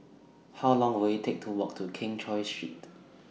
How Long Will IT Take to Walk to Keng Cheow Street